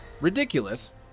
ridiculous